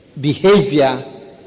behavior